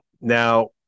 Now